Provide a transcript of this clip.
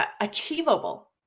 achievable